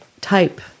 type